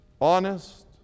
honest